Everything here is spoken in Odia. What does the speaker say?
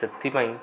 ସେଥିପାଇଁ